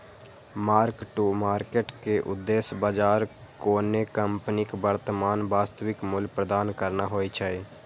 mark to market के उद्देश्य बाजार कोनो कंपनीक वर्तमान वास्तविक मूल्य प्रदान करना होइ छै